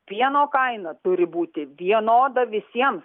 pieno kaina turi būti vienoda visiems